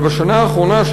אבל בשנה האחרונה,